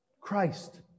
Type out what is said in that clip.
Christ